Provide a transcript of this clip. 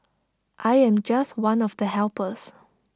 I am just one of the helpers